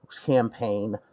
campaign